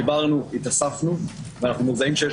דיברנו והתאספנו ואנחנו יודעים שיש